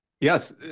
Yes